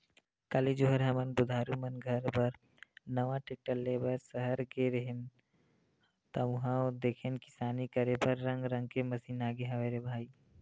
काली जुवर हमन बुधारु मन घर बर नवा टेक्टर ले बर सहर गे रेहे हन ता उहां देखेन किसानी करे बर रंग रंग के मसीन आगे हवय रे भई